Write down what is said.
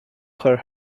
her